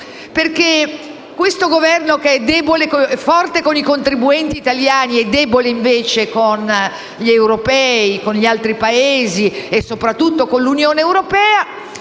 perché questo Governo, che è forte con i contribuenti italiani e debole invece con gli europei, con gli altri Paesi e, soprattutto, con l'Unione europea,